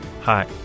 Hi